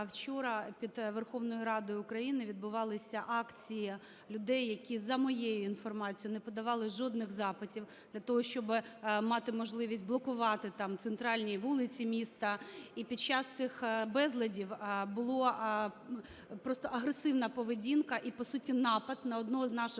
вчора під Верховною Радою України відбувалися акції людей, які, за моєю інформацією, не подавали жодних запитів для того, щоби мати можливість блокувати там центральні вулиці міста. І під час цих безладів була просто агресивна поведінка і по суті напад на одного з наших